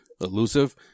elusive